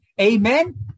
Amen